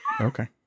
Okay